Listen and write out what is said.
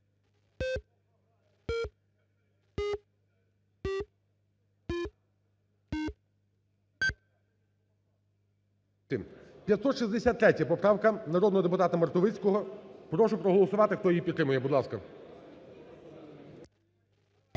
563 поправка народного депутата Мартовицького, прошу проголосувати, хто її підтримує, будь ласка.